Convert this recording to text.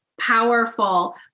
powerful